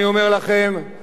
אין דרך אחרת